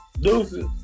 Deuces